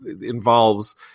involves